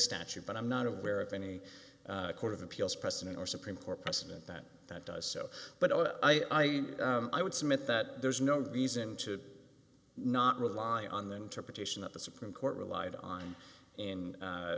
statute but i'm not aware of any court of appeals precedent or supreme court precedent that that does so but i i would submit that there's no reason to not rely on the interpretation that the supreme court relied on in